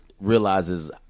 realizes